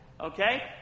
Okay